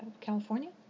California